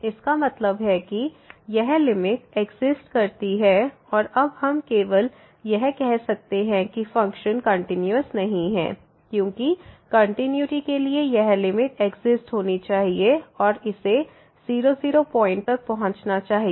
इसका मतलब है कि यह लिमिट एक्सिस्ट करती है और अब हम केवल यह कह सकते हैं कि फंक्शन कंटीन्यूअस नहीं है क्योंकि कंटिन्यूटी के लिए यह लिमिट एक्सिस्ट होनी चाहिए और इसे 0 0 पॉइंट तक पहुंचना चाहिए